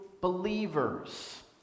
believers